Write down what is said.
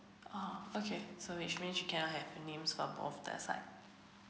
oh okay so which means she cannot have her names for both